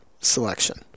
selection